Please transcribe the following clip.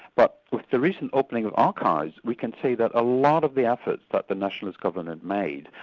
but but the recent opening of archives, we can see that a lot of the efforts that the nationalist government made,